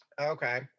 okay